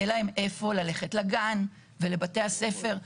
יהיה להם איפה ללכת לגן ולבתי הספר.